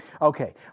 Okay